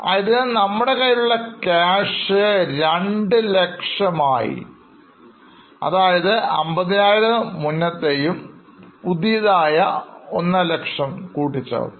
ആയതിനാൽ നമ്മുടെ കൈയിലുള്ള ക്യാഷ് 200000 ആയി മാറുന്നു അതായത് 50000 മുമ്പത്തെയും പുതിയതായി 150000 കൂട്ടിച്ചേർത്തു